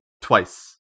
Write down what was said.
Twice